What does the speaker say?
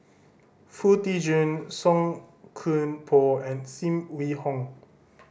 Foo Tee Jun Song Koon Poh and Sim Wong Hoo